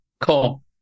Cool